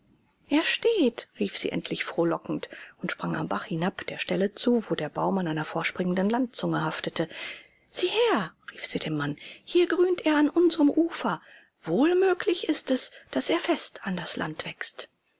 er steht rief sie endlich frohlockend und sprang am bach hinab der stelle zu wo der baum an einer vorspringenden landzunge haftete sieh her rief sie dem mann hier grünt er an unserem ufer wohl möglich ist es daß er fest an das land wächst